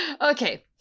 Okay